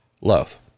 love